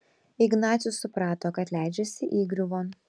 ignacius suprato kad leidžiasi įgriuvon